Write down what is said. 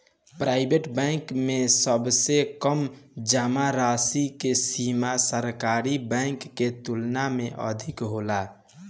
private bank में सबसे कम जामा राशि के सीमा सरकारी बैंक के तुलना में अधिक होला